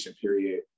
period